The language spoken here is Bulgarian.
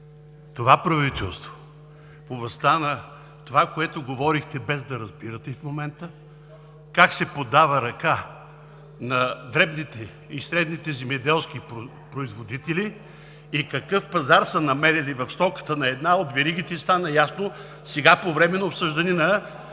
години правителството в областта на това, което говорихте, без да разбирате и в момента – как се подава ръка на дребните и средните земеделски производители и какъв пазар са намерили в стоката на една от веригите, стана ясно сега по време на обсъждане на